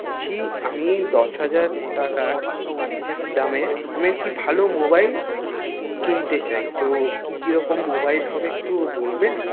বলছি আমি দশ হাজার টাকার দামের আমি একটি ভালো মোবাইল কিনতে চাই তো কি কিরকম মোবাইল হবে একটু বলবেন